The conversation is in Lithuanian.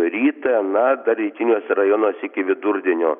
rytą na dar rytiniuose rajonuose iki vidurdienio